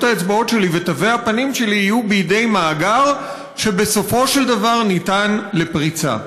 האצבעות שלי ותווי הפנים שלי יהיו במאגר שבסופו של דבר ניתן לפריצה.